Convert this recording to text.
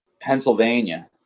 Pennsylvania